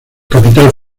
capital